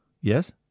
Yes